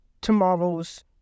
tomorrow's